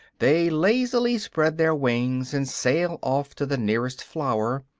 they lazily spread their wings, and sail off to the nearest flower,